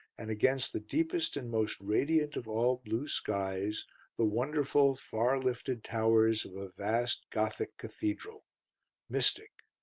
and against the deepest and most radiant of all blue skies the wonderful far-lifted towers of a vast, gothic cathedral mystic,